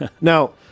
Now